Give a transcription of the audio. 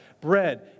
bread